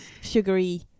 sugary